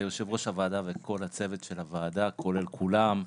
ליושב ראש הוועדה וכל הצוות של הוועדה כולל כולם.